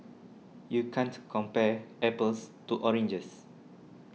you can't compare apples to oranges